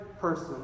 person